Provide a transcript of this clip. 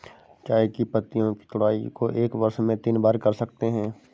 चाय की पत्तियों की तुड़ाई को एक वर्ष में तीन बार कर सकते है